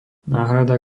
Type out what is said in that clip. náhrada